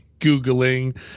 googling